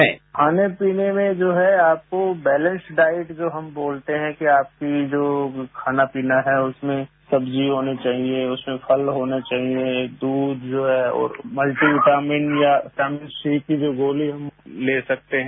sound bite खाने पीने में जो है आपको बैलेंस डाइट जो हम बोलते हैं कि आपकी जो खाना पीना है उसमें सब्जी होनी चाहिए उसमें फल होना चाहिए दूध जो है मल्टी विटामिन या की जो गोली ले सकते हैं